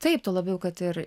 taip tuo labiau kad ir